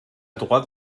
droite